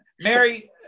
Mary